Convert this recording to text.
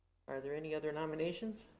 are there any other nominations?